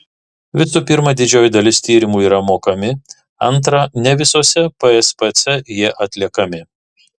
visų pirma didžioji dalis tyrimų yra mokami antra ne visose pspc jie atliekami